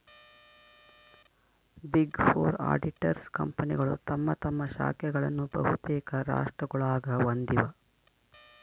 big four auditors ಕಂಪನಿಗಳು ತಮ್ಮ ತಮ್ಮ ಶಾಖೆಗಳನ್ನು ಬಹುತೇಕ ರಾಷ್ಟ್ರಗುಳಾಗ ಹೊಂದಿವ